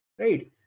Right